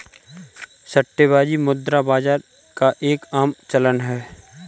सट्टेबाजी मुद्रा बाजार का एक आम चलन है